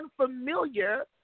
unfamiliar